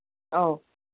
ꯑꯧ